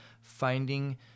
finding